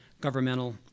governmental